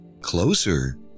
Closer